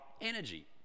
energy